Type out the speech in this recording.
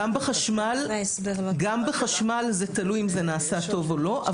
גם בחשמל זה תלוי אם זה נעשה טוב או לא.